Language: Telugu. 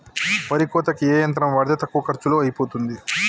వరి కోతకి ఏ యంత్రం వాడితే తక్కువ ఖర్చులో అయిపోతుంది?